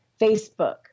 Facebook